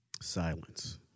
Silence